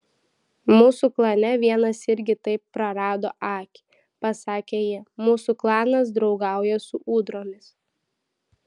mūsų klane vienas irgi taip prarado akį pasakė ji mūsų klanas draugauja su ūdromis